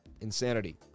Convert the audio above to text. Insanity